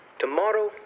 Tomorrow